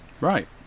Right